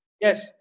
Yes